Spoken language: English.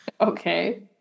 Okay